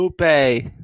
Lupe